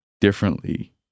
differently